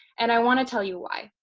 and i want to tell you why.